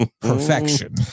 perfection